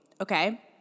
okay